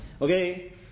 Okay